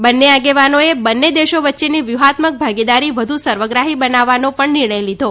બંને આગેવાનોએ બંને દેશો વચ્ચેની વ્યૂહાત્મક ભાગીદારી વધુ સર્વગ્રાહી બનાવવાનો પણ નિર્ણય લીધો